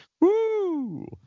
Woo